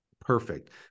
perfect